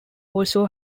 also